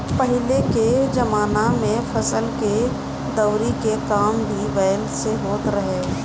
पहिले के जमाना में फसल के दवरी के काम भी बैल से होत रहे